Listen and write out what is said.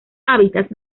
hábitats